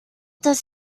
does